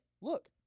look